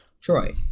Troy